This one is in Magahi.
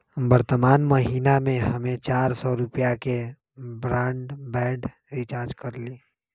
वर्तमान महीना में हम्मे चार सौ रुपया के ब्राडबैंड रीचार्ज कईली